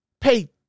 pay